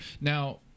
Now